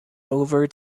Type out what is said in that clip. over